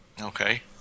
Okay